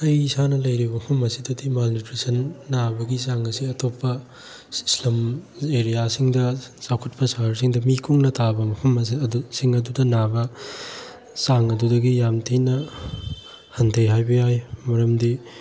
ꯑꯩ ꯏꯁꯥꯅ ꯂꯩꯔꯤꯕ ꯃꯐꯝ ꯑꯁꯤꯗꯗꯤ ꯃꯥꯜꯅ꯭ꯌꯨꯇ꯭ꯔꯤꯁꯟ ꯅꯥꯕꯒꯤ ꯆꯥꯡ ꯑꯁꯤ ꯑꯇꯣꯞꯄ ꯏꯁꯂꯝ ꯑꯦꯔꯤꯌꯥꯁꯤꯡꯗ ꯆꯥꯎꯈꯠꯄ ꯁꯍꯔꯁꯤꯡꯗ ꯃꯤ ꯀꯨꯡꯅ ꯇꯥꯕ ꯃꯐꯝ ꯁꯤꯡ ꯑꯗꯨꯗ ꯅꯥꯕ ꯆꯥꯡ ꯑꯗꯨꯗꯒꯤ ꯌꯥꯝ ꯊꯤꯅ ꯍꯟꯊꯩ ꯍꯥꯏꯕ ꯌꯥꯏ ꯃꯔꯝꯗꯤ